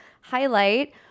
highlight